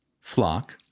Flock